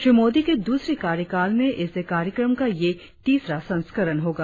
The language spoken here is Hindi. श्री मोदी के दूसरे कार्यकाल में इस कार्यक्रम का यह तीसरा संस्करण होगा